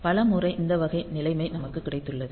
பல முறை இந்த வகை நிலைமை நமக்கு கிடைத்துள்ளது